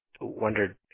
wondered